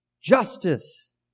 justice